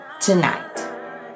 tonight